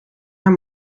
haar